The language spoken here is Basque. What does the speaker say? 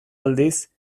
aldiz